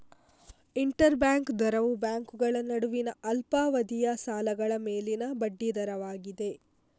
inter bank ದರವು ಬ್ಯಾಂಕುಗಳ ನಡುವಿನ ಅಲ್ಪಾವಧಿಯ ಸಾಲಗಳ ಮೇಲಿನ ಬಡ್ಡಿ ದರವಾಗಿದೆ